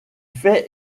fait